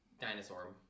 Dinosaur